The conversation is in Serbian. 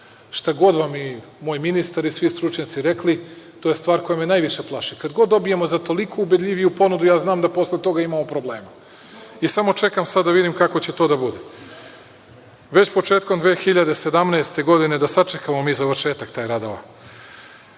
Šta god vam i moj ministar i svi stručnjaci rekli, to je stvar koja me najviše plaši. Kada god dobijemo za toliko ubedljiviju ponudu znam da posle toga imamo problema. Samo čekam da vidim kako će to da bude. Već početkom 2017. godine građani Niša i okoline moći